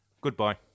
Goodbye